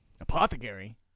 Apothecary